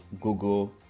Google